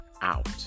out